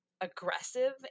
aggressive